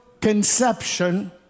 conception